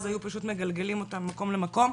היו פשוט מגלגלים אותם ממקום למקום,